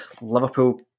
Liverpool